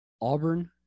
Auburn